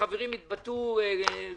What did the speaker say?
החברים התבטאו בחופשיות.